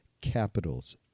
capitals